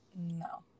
no